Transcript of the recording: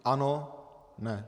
Ano ne.